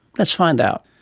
let's find out.